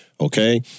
okay